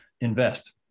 invest